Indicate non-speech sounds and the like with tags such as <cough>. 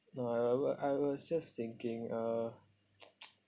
no I I would I was just thinking uh <noise>